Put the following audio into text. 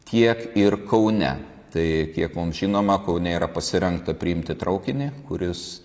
tiek ir kaune tai kiek mums žinoma kaune yra pasirengta priimti traukinį kuris